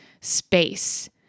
space